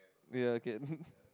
ya I can